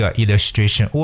illustration